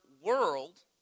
world